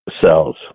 cells